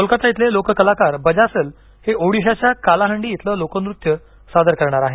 कोलकाता इथले लोक कलाकार बजासल हे ओडिशाच्या कालाहांडी इथलं लोकनृत्य सादर करणार आहेत